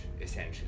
essentially